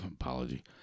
apology